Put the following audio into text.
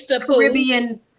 caribbean